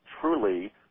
truly